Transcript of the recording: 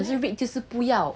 vick 就是不要